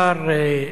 אדוני היושב-ראש,